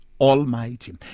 Almighty